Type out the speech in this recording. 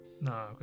No